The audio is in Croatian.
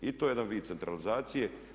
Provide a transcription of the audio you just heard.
I to je jedan vid centralizacije.